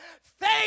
faith